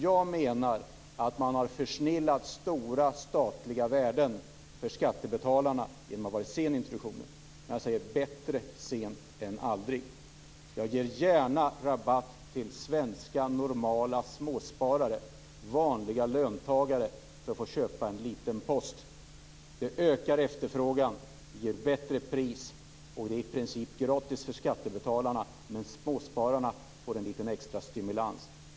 Jag menar att man har försnillat stora statliga värden för skattebetalarna genom att vara sen i introduktionen. Men jag säger bättre sent än aldrig. Jag ger gärna rabatt till svenska normala småsparare, vanliga löntagare, för att de ska få köpa en liten post. Det ökar efterfrågan och ger bättre pris. Det är i princip gratis för skattebetalarna, men småspararna får en liten extra stimulans.